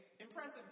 impressive